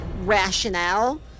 rationale